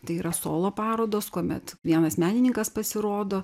tai yra solo parodos kuomet vienas menininkas pasirodo